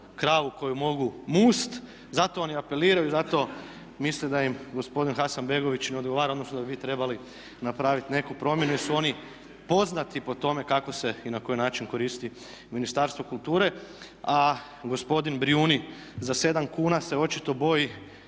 kravu koju mogu must. Zato oni i apeliraju, zato misle da im gospodin Hasanbegović ne odgovara, odnosno da bi vi trebali napraviti neku promjenu jer su oni poznati po tome kako se i na koji način koristi Ministarstvo kulture. A gospodin Brijuni za 7 kuna se očito boji